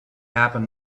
happen